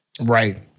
Right